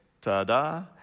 ta-da